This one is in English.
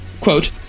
Quote